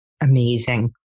Amazing